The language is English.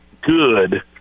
good